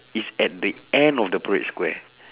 is at the end of the parade square